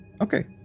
Okay